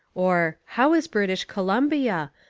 or how is british columbia?